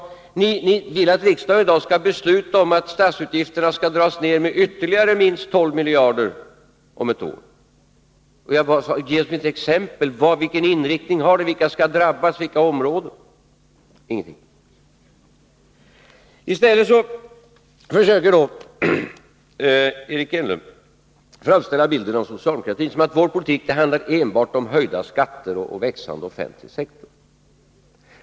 Ni vill att riksdagen i dag skall besluta om att statsutgifterna skall dras ner med ytterligare minst 12 miljarder om ett år. Och jag sade: Ge mig ett exempel! Vilken inriktning blir det? Vilka skall drabbas? Vilka områden gäller det? Ingenting fick jag till svar. I stället försöker Eric Enlund framställa en bild av socialdemokratin som om vår politik handlar enbart om höjda skatter och en växande offentlig sektor.